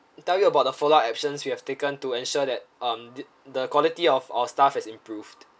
tell you about the follow up actions we have taken to ensure that um the the quality of our staff has improved